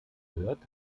gehört